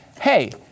hey